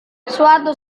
suatu